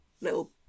little